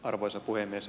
arvoisa puhemies